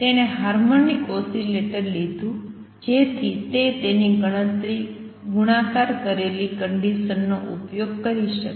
તેણે harmonic oscillator લીધું જેથી તે તેની ગુણાકાર કરેલી કંડિસન્સ નો ઉપયોગ કરી શકે